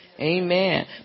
Amen